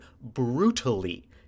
brutally